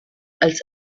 als